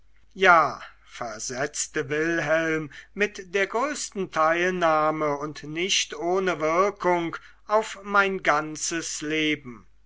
ja versetzte wilhelm mit der größten teilnahme und nicht ohne wirkung auf mein ganzes leben